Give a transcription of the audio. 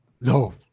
No